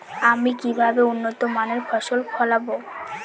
আমি কিভাবে উন্নত মানের ফসল ফলাবো?